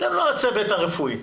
אתם לא הצוות הרפואי.